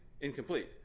incomplete